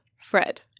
Fred